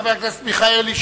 חבר הכנסת מיכאלי,